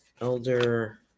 Elder